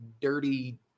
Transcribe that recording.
dirty